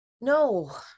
No